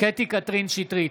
קטי קטרין שטרית,